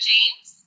James